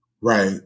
Right